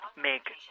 make